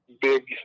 Big